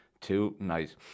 tonight